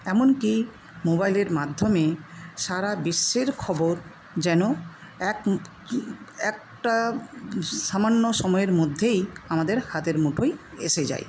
এমনকি মোবাইলের মাধ্যমে সারা বিশ্বের খবর যেন এক একটা সামান্য সময়ের মধ্যেই আমাদের হাতের মুঠোয় এসে যায়